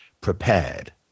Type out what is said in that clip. prepared